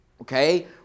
Okay